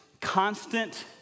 constant